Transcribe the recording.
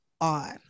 on